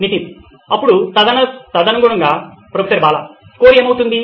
నితిన్ అప్పుడు తదనుగుణంగా professor Bala score ఏమవుతుంది